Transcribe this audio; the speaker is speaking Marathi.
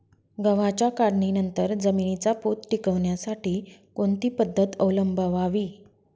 गव्हाच्या काढणीनंतर जमिनीचा पोत टिकवण्यासाठी कोणती पद्धत अवलंबवावी?